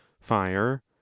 fire